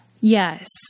Yes